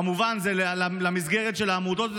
כמובן שזה למסגרת של העמותות.